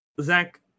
Zach